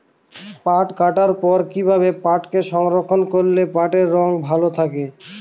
পাট কাটার পর কি ভাবে পাটকে সংরক্ষন করলে পাটের রং ভালো থাকে?